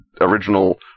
original